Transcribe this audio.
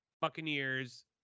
Buccaneers